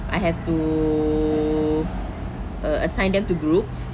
I have to err assign them to groups